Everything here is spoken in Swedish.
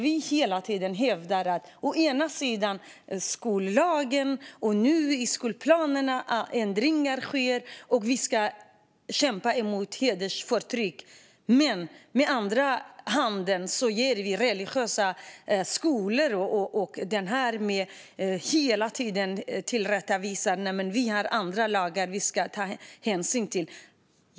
Å ena sidan hävdar vi att skollagen ska gälla, att ändringar nu sker i läroplanerna och att vi ska kämpa emot hedersförtryck, men å andra sidan låter vi religiösa skolor tillrättavisa och säga att de har andra lagar att ta hänsyn till.